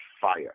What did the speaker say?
fire